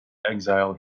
exile